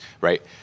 right